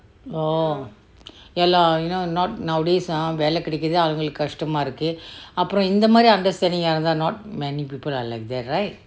oh ya lah you know not nowadays வேல கடிக்கறேதே ஆளுங்கெக்கே காஸ்தேம்மா இருக்கு அப்பறோம் இந்தே மாறி:vela katikkareteare alunkekke kastemma irukku aprom inthe maari understanding ah இருந்த:iruntha not many people are like that right